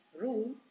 rule